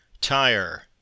Tire